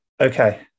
Okay